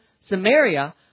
Samaria